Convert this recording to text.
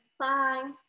bye